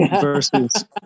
versus